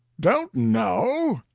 don't know!